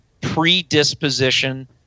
predisposition